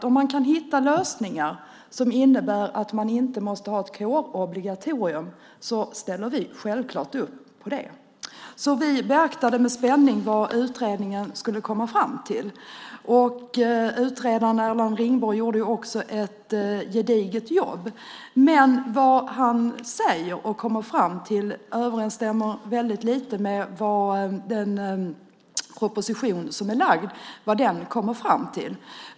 Om man kan hitta lösningar som innebär att man inte måste ha ett kårobligatorium ställer vi självklart upp på det, så vi beaktade med spänning vad utredningen skulle komma fram till. Utredaren Erland Ringborg gjorde också ett gediget jobb. Men vad han kommer fram till överensstämmer väldigt lite med den proposition som är framlagd, vad som kommer fram i den.